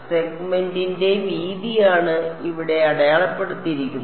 സെഗ്മെന്റിന്റെ വീതിയാണ് ഇവിടെ അടയാളപ്പെടുത്തിയിരിക്കുന്നത്